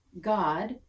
God